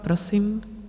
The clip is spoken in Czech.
Prosím.